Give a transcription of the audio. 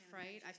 right